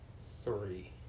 three